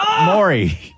Maury